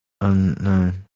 Unknown